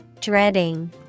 Dreading